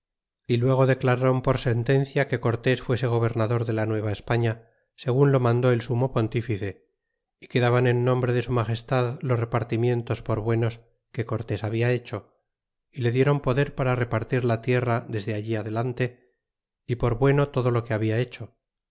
y luego declararon por sentencia que cortés fuese gobernador de la nueva españa segun lo mandó el sumo pontífice e que daban en nombre de su magestad los repartimientos por buenos que cortes habia hecho y le dieron poder para repartir la tierra desde allí adelante y por bueno todo lo que habia hecho